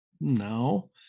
No